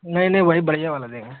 नहीं नहीं वही बढ़िया वाला देंगे